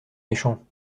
méchants